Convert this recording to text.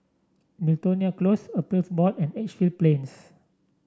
Miltonia Close Appeals Board and Edgefield Plains